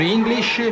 English